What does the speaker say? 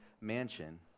mansion